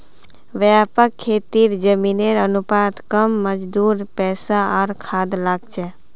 व्यापक खेतीत जमीनेर अनुपात कम मजदूर पैसा आर खाद लाग छेक